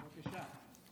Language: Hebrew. בבקשה.